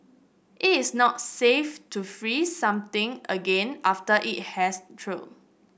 it is not safe to freeze something again after it has thawed